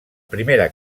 primera